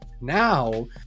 Now